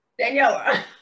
daniela